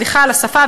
סליחה על השפה,